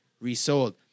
resold